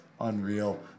unreal